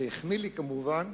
זה החמיא לי, כמובן.